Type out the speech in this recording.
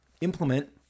implement